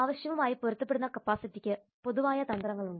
ആവശ്യവുമായി പൊരുത്തപ്പെടുന്ന കപ്പാസിറ്റിക്ക് രണ്ട് പൊതുവായ തന്ത്രങ്ങളുണ്ട്